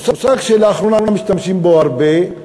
מושג שלאחרונה משתמשים בו הרבה,